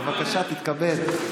בבקשה, תתכבד.